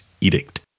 edict